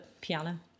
piano